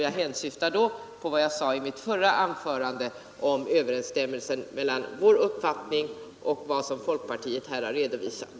Jag hänsyftar då på vad jag sade i mitt förra anförande om överensstämmelsen mellan vår uppfattning och vad folkpartiet här har redovisat.